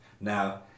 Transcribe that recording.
Now